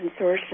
consortium